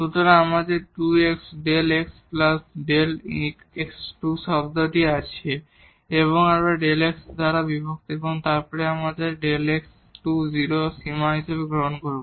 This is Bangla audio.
সুতরাং আমাদের 2 x Δ xΔ x2 শব্দ আছে এবং Δ x দ্বারা বিভক্ত এবং তারপর আমরা Δ x → 0 হিসাবে সীমা গ্রহণ করব